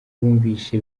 bumvise